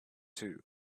too